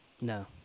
No